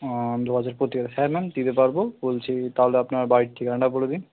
ও আনন্দবাজার পত্রিকা হ্যাঁ ম্যাম দিতে পারবো বলছি তাহলে আপনার বাড়ির ঠিকানাটা বলে দিন